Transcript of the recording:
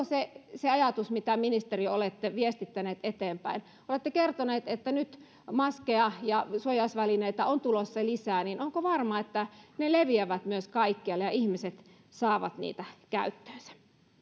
se se ajatus mitä ministeri olette viestittänyt eteenpäin kun olette kertonut että nyt maskeja ja suojausvälineitä on tulossa lisää niin onko varma että ne myös leviävät kaikkialle ja ihmiset saavat niitä käyttöönsä